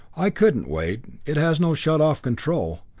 i couldn't, wade. it has no shut-off control,